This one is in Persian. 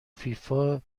فیفا